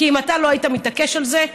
כי אם אתה לא היית מתעקש על זה,